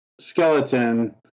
skeleton